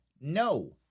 no